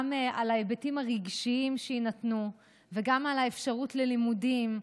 גם ההיבטים הרגשיים שיינתנו וגם האפשרות ללימודים,